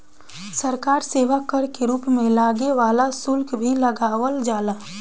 सरकार सेवा कर के रूप में लागे वाला शुल्क भी लगावल जाला